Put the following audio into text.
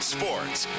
Sports